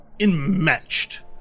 unmatched